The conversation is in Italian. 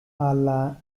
alla